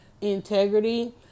integrity